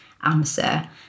answer